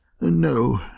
No